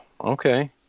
Okay